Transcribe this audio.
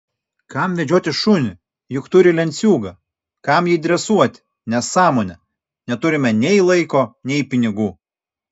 kam vedžioti šunį juk turi lenciūgą kam jį dresuoti nesąmonė neturime nei laiko nei pinigų